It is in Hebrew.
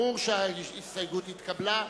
ברור שההסתייגות התקבלה.